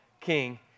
king